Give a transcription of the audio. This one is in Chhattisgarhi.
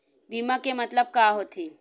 बीमा के मतलब का होथे?